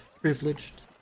privileged